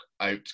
out